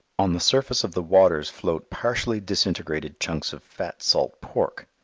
on the surface of the waters float partially disintegrated chunks of fat salt pork.